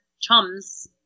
chums